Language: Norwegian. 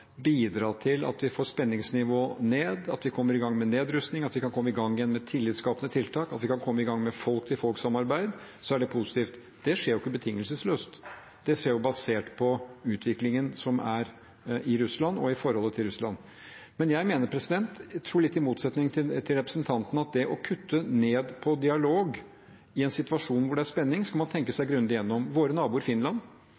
bidra til at vi får spenningsnivået ned, at vi kommer i gang med nedrustning, at vi kan komme i gang igjen med tillitsskapende tiltak, at vi kan komme i gang med folk-til-folk-samarbeid, da er det positivt. Det skjer jo ikke betingelsesløst, det skjer basert på utviklingen som er i Russland og i forholdet til Russland. Men jeg mener – litt i motsetning til representanten, tror jeg – at det å kutte ned på dialog i en situasjon hvor det er spenning, skal man tenke